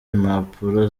impapuro